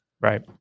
Right